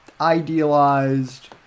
idealized